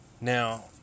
Now